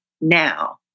now